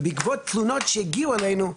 בעקבות תלונות שהגיעו אלינו,